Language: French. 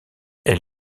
elle